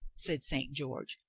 said st. george.